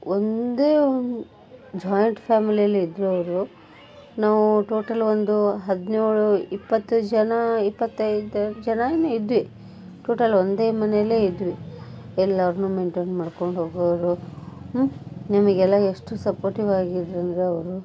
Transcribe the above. ಒಂದೇ ಒಂದು ಜಾಯಿಂಟ್ ಫ್ಯಾಮಿಲಿಯಲ್ಲಿ ಇದ್ದರು ಅವರು ನಾವು ಟೋಟಲ್ ಒಂದು ಹದಿನೇಳು ಇಪ್ಪತ್ತು ಜನ ಇಪ್ಪತ್ತೈದು ಜನರೇ ಇದ್ವಿ ಟೋಟಲ್ ಒಂದೇ ಮನೇಲೇ ಇದ್ವಿ ಎಲ್ಲಾರನ್ನು ಮೆಂಟೇನ್ ಮಾಡ್ಕೊಂಡು ಹೋಗೋರು ನಮಗೆಲ್ಲ ಎಷ್ಟು ಸಪೋರ್ಟಿವಾಗಿ ಇದ್ದರಂದ್ರೆ ಅವರು